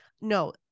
No